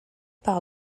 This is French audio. par